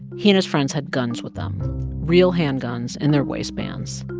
he and his friends had guns with them real handguns in their waist bands.